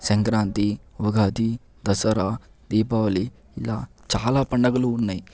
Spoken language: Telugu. సంక్రాంతి ఉగాది దసరా దీపావళి ఇలా చాలా పండగలు ఉన్నాయి